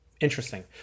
Interesting